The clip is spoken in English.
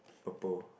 purple